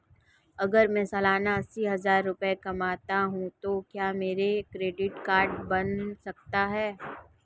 अगर मैं सालाना अस्सी हज़ार रुपये कमाता हूं तो क्या मेरा क्रेडिट कार्ड बन सकता है?